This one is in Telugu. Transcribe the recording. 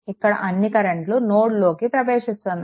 ఇక్కడ అన్ని కరెంట్లు నోడ్లోకి ప్రవేశిస్తున్నాయి